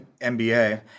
MBA